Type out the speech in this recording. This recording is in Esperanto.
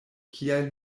kial